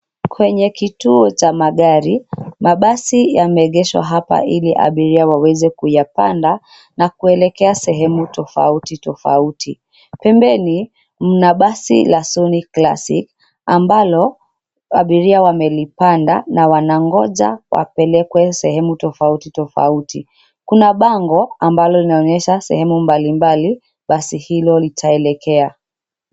Kwenye kituo cha magari, mabasi yameegeshwa hapa ili abiria waweze kuyapanda na kuelekea sehemu tofauti tofauti. Pembeni mna basi la Sony Classic ambalo abiria wamelipanda na wanangonja wapelekwe sehemu tofauti tofauti. Kuna bango ambalo linaoonyesha sehemu mbalimbali basi hilo litaelekea.